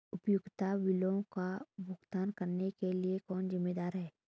उपयोगिता बिलों का भुगतान करने के लिए कौन जिम्मेदार है?